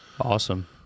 Awesome